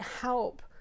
help